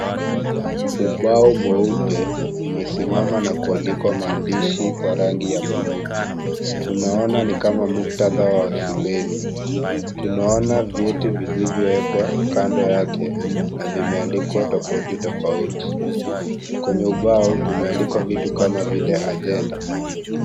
Ubao mweupe umesimama na kuandikwa maandishi kwa rangi ya buluu . Tunaona ni kama muktadha wa shuleni . Tunaona vyeti vilivyowekwa kando yake na vimeandikwa tofauti tofauti . Kwenye ubao kumeandikwa vitu kama vile ajenda.